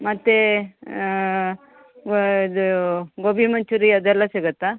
ಮತ್ತೆ ಇದು ಗೋಬಿ ಮಂಚೂರಿ ಅದೆಲ್ಲ ಸಿಗುತ್ತಾ